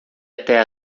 até